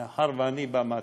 מאחר שאני בא מהתחום,